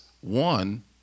one